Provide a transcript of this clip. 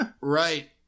Right